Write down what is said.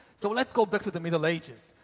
so, let's go back to the middle ages.